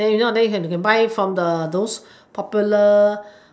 then you know then you can you can buy from the those popular